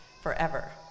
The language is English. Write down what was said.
forever